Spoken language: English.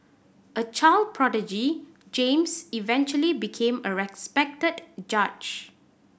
a child prodigy James eventually became a respected judge